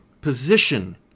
position